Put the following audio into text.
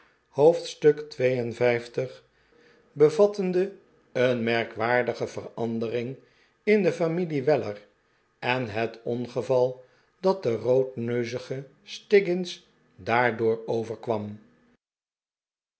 hoofdstuk lil bevattende een merkwaardige verandering in de familie weller en het ongeval dat den roodneuzigen stiggins daardoor overkwam